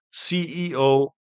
CEO